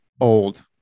old